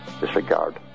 disregard